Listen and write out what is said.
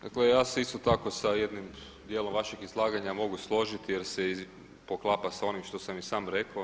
Dakle ja se isto tako sa jednim djelom vašeg izlaganja mogu složiti jer se poklapa sa onim što sam i sam rekao.